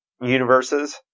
universes